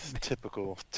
Typical